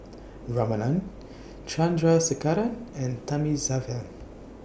Ramanand Chandrasekaran and Thamizhavel